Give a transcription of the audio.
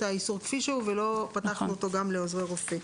האיסור כפי שהוא ולא פתחנו אותו גם לעוזרי רופא.